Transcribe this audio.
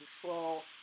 control